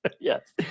Yes